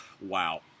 Wow